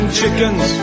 chickens